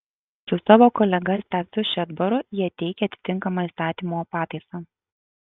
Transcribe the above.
su savo kolega stasiu šedbaru jie teikia atitinkamą įstatymo pataisą